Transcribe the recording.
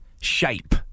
shape